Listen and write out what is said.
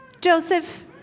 Joseph